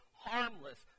harmless